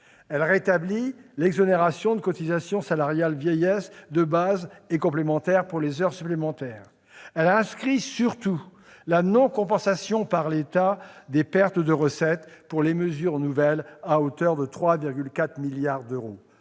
rétablit l'exonération de cotisations salariales vieillesse de base et complémentaire pour les heures supplémentaires. Elle inscrit surtout la non-compensation par l'État des pertes de recettes pour les mesures nouvelles, à hauteur de 3,4 milliards d'euros.